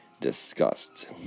discussed